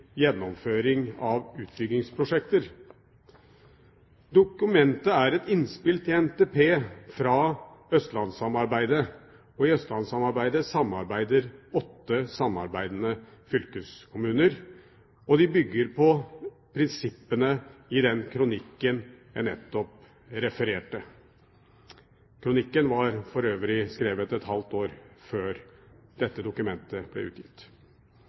gjennomføring av utbyggingsprosjekter». Dokumentet er et innspill til NTP fra Østlandssamarbeidet. I Østlandssamarbeidet samarbeider åtte fylkeskommuner, og de bygger på prinsippene i den kronikken jeg nettopp refererte fra. Kronikken var for øvrig skrevet et halvt år før dette dokumentet ble utgitt.